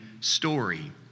story